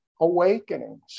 awakenings